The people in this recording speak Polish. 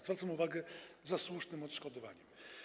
Zwracam uwagę - za słusznym odszkodowaniem.